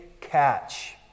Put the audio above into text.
catch